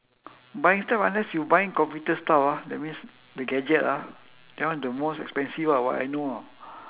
buying stuff unless you buying computer stuff ah that means the gadget ah that one the most expensive ah what I know ah